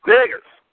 Niggers